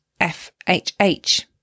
FHH